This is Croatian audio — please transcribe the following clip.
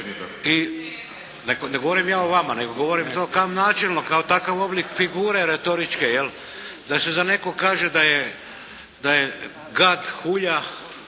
Ne govorim ja o vama nego govorim to kao načelno. Kao takav oblik figure retoričke jel'? Da se za nekog kaže da je gad, hulja,